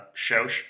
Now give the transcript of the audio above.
Shosh